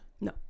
No